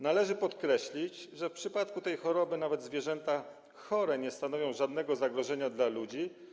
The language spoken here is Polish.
Należy podkreślić, że w przypadku tej choroby nawet zwierzęta chore nie stanowią żadnego zagrożenia dla ludzi.